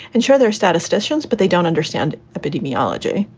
and sure, there statisticians, but they don't understand epidemiology.